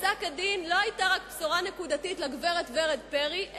לפסק-הדין לא היתה רק בשורה נקודתית לגברת ורד פרי,